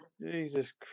Jesus